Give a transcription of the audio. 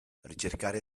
ricercare